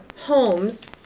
homes